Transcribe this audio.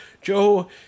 Joe